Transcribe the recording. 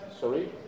sorry